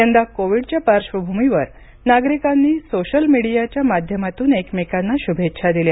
यंदा कोविडच्या पार्श्वभूमीवर नागरिकांनी सोशल मिडीयाच्या माध्यमातून एकमेकांना शुभेच्छा दिल्या